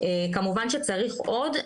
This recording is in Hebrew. כמובן שצריך עוד,